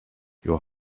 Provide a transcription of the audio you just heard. your